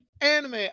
Anime